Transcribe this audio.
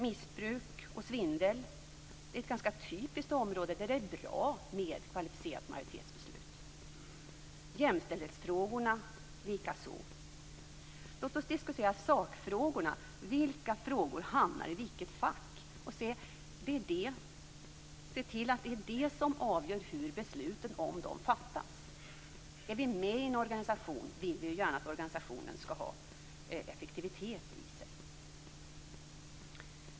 Missbruk och svindel är ett ganska typiskt område där det är bra med ett beslut med kvalificerad majoritet, jämställdhetsfrågorna likaså. Låt oss diskutera sakfrågorna. Vilka frågor hamnar i vilket fack? Låt oss se till att det är det som avgör hur besluten om dem fattas. När vi är med i en organisation vill vi gärna att organisationen skall ha effektivitet i sig.